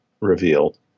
revealed